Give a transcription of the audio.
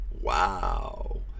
Wow